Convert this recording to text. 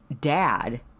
dad